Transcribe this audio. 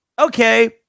okay